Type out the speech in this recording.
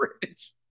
Bridge